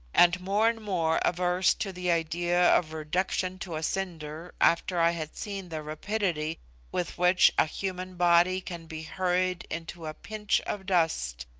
and more and more averse to the idea of reduction to a cinder after i had seen the rapidity with which a human body can be hurried into a pinch of dust,